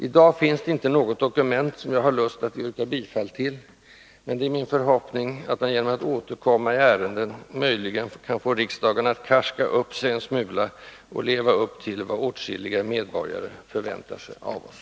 I dag finns det inte något dokument som jag har lust att yrka bifall till, men min förhoppning är att jag genom att återkomma i ärendet möjligen kan få riksdagen att karska upp sig en smula och leva upp till vad åtskilliga medborgare förväntar sig av oss.